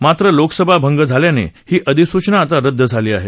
मात्र लोकसभा भंग झाल्यानं ही अधिसूचना आता रद्द झाली आहे